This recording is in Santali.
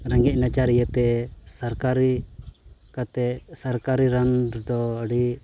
ᱨᱮᱸᱜᱮᱡ ᱱᱟᱪᱟᱨ ᱤᱭᱟᱹᱛᱮ ᱥᱚᱨᱠᱟᱨᱤ ᱠᱟᱛᱮᱫ ᱥᱚᱨᱠᱟᱨᱤ ᱨᱟᱱ ᱫᱚ ᱟᱹᱰᱤ